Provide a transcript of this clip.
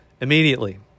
immediately